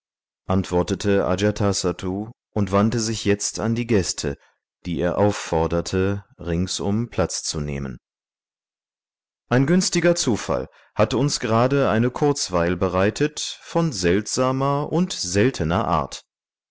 antwortete ajatasattu und wandte sich jetzt an die gäste die er aufforderte ringsum platz zu nehmen ein günstiger zufall hat uns gerade eine kurzweil bereitet von seltsamer und seltener art